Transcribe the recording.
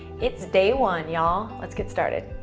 it's day one, y'all. let's get started.